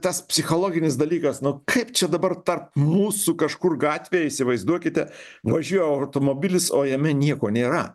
tas psichologinis dalykas nu kaip čia dabar tarp mūsų kažkur gatvėj įsivaizduokite važiuoja automobilis o jame nieko nėra